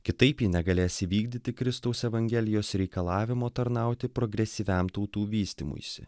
kitaip ji negalės įvykdyti kristaus evangelijos reikalavimo tarnauti progresyviam tautų vystymuisi